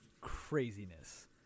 Craziness